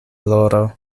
loro